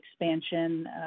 expansion